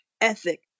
ethic